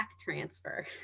transfer